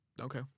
Okay